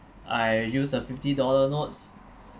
I use the fifty dollar notes